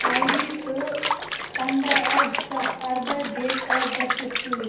آے D تہٕ پنٛدہ اکھ زٕ ساس ارداہ ڈیٹ آف بٔرتھ سۭتۍ